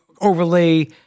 Overlay